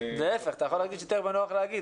להפך, אתה יכול להרגיש יותר בנוח להגיד.